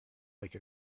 like